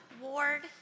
Ward